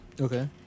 Okay